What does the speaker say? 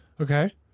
Okay